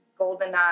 GoldenEye